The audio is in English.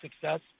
success